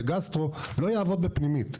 בגסטרו לא יעבוד בפנימית.